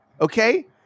Okay